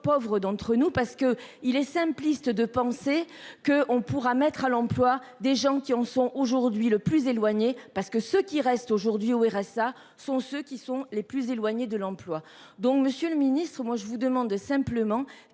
pauvres d'entre nous parce que il est simpliste de penser que on pourra mettre à l'emploi des gens qui en sont aujourd'hui le plus éloigné, parce que ce qui reste aujourd'hui au RSA sont ceux qui sont les plus éloignés de l'emploi. Donc Monsieur le Ministre, moi je vous demande simplement